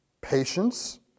patience